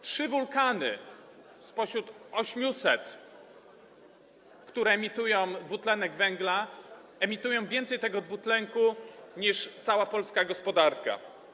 Trzy wulkany spośród 800, które emitują dwutlenek węgla, emitują więcej tego dwutlenku niż cała polska gospodarka.